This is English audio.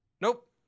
Nope